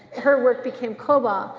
her work became cobalt.